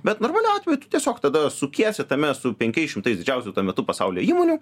bet normaliu atveju tu tiesiog tada sukiesi tame su penkiais šimtais didžiausių tuo metu pasaulio įmonių